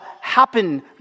happen